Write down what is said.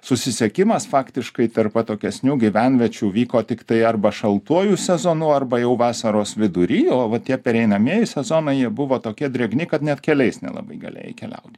susisiekimas faktiškai tarp atokesnių gyvenviečių vyko tiktai arba šaltuoju sezonu arba jau vasaros vidury o va tie pereinamieji sezonai jie buvo tokie drėgni kad net keliais nelabai galėjai keliauti